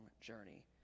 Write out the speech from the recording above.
journey